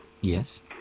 Yes